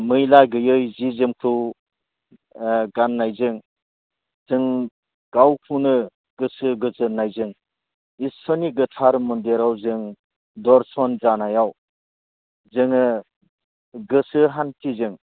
मैला गैयै जि जोमखौ ओह गान्नायजों जों गावखौनो गोसो गोजोन्नायजों ईसोरनि गोथार मन्दिराव जों दर्शन जानायाव जोङो गोसो हान्थिजों